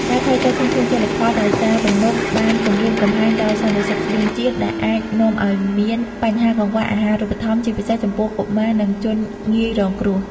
ការថយចុះធនធានជលផលដោយសារទំនប់បានគំរាមកំហែងដល់សន្តិសុខស្បៀងជាតិ ដែលអាចនាំឱ្យមានបញ្ហាកង្វះអាហារូបត្ថម្ភ ជាពិសេសចំពោះកុមារ និងជនងាយរងគ្រោះ។